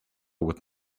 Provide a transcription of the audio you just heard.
would